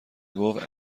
گفت